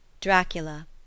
Dracula